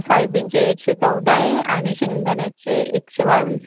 सायबीनचे एकशे चौदा आहे आणि शेंगदाण्याचे एकशे बावीस